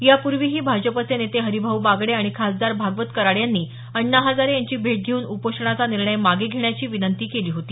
यापूर्वीही भाजपचे नेते हरीभाऊ बागडे आणि खासदार भागवत कराड यांनी अण्णा हजारे यांची भेट घेऊन उपोषणाचा निर्णय मागे घेण्याची विनंती केली होती